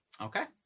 okay